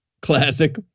Classic